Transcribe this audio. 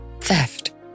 theft